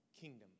kingdom